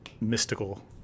mystical